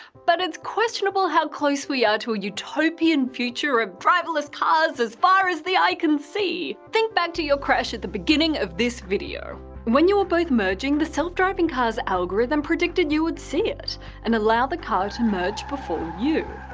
but it's questionable how close we are to a utopian vision of driverless cars as far as the eye can see. think back to your crash at the beginning of this video when you were both merging, the self driving car's algorithm predicted you would see it and allow the car to and merge before you.